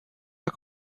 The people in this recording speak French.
pas